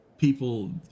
people